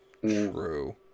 True